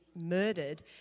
murdered